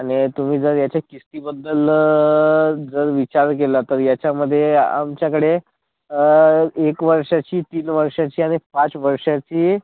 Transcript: आणि तुम्ही जर ह्याच्या किश्तीबद्दल जर विचार केला तर याच्यामध्ये आमच्याकडे एक वर्षाची तीन वर्षाची आणि पाच वर्षाची